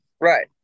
right